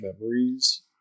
memories